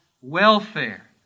welfare